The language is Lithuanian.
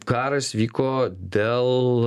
karas vyko dėl